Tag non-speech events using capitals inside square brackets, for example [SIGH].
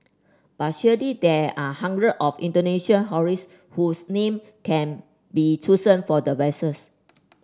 but surely there are hundred of Indonesian [UNINTELLIGIBLE] whose name can be chosen for the vessels